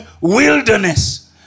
wilderness